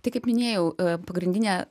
tai kaip minėjau pagrindinė